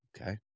Okay